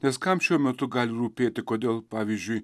nes kam šiuo metu gali rūpėti kodėl pavyzdžiui